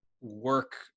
work